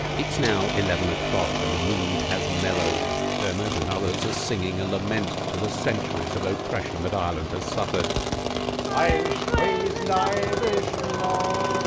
it's now eleven o'clock and the mood has mellowed. diarmuid and others are singing a lament to the centuries of oppression that ireland has suffered irish ways and irish laws